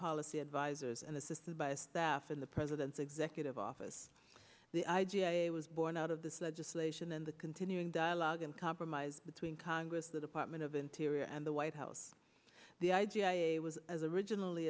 policy advisers and assisted by staff in the president's executive office the idea was born out of this legislation and the continuing dialogue and compromise between congress the department of interior and the white house the idea was as a regional